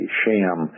sham